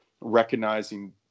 recognizing